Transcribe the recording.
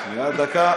שנייה, דקה.